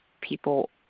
people